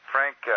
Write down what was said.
Frank